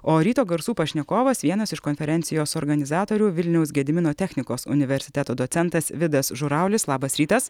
o ryto garsų pašnekovas vienas iš konferencijos organizatorių vilniaus gedimino technikos universiteto docentas vidas žuraulis labas rytas